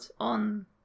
on